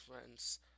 friends